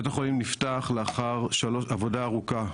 בית החולים נפתח לאחר עבודה ארוכה,